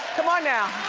come on now.